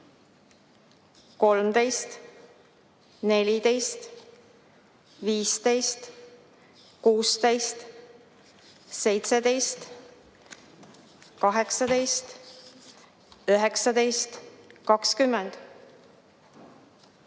13, 14, 15, 16, 17, 18, 19, 20,